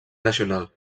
nacional